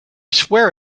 swear